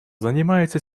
занимается